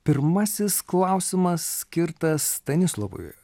pirmasis klausimas skirtas stanislovui